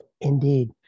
Indeed